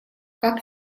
как